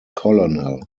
colonel